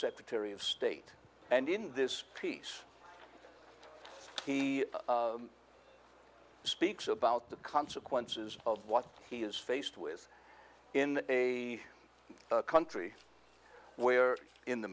secretary of state and in this piece he speaks about the consequences of what he is faced with in a country where in the